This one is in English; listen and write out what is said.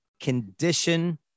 condition